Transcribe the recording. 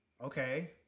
Okay